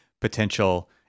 potential